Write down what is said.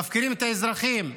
מפקירים את האזרחים במשולש,